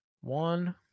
one